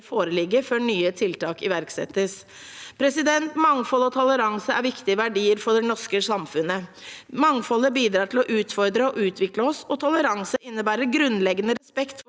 foreligge før nye tiltak iverksettes. Mangfold og toleranse er viktige verdier for det norske samfunnet. Mangfoldet bidrar til å utfordre og utvikle oss. Toleranse innebærer grunnleggende respekt for